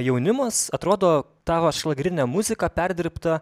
jaunimas atrodo tą vat šlagerinę muziką perdirbtą